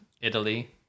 Italy